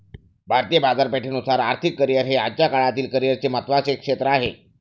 भारतीय बाजारपेठेनुसार आर्थिक करिअर हे आजच्या काळातील करिअरचे महत्त्वाचे क्षेत्र आहे